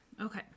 okay